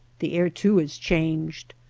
the air, too, is changed.